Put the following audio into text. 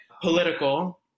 political